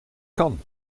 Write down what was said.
kan